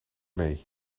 mee